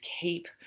keep